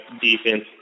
defense